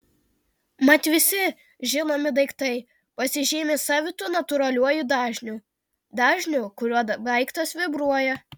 mat visi žinomi daiktai pasižymi savitu natūraliuoju dažniu dažniu kuriuo daiktas vibruoja